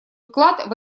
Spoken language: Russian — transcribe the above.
вклад